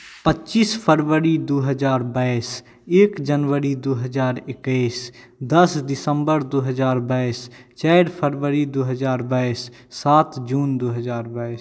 पच्चीस फरवरी दू हजार बाइस एक जनवरी दू हजार एकैस दस दिसम्बर दू हजार बाइस चारि फरवरी दू हजार बाइस सात जून दू हजार बाइस